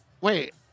Wait